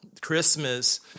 Christmas